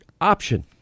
Option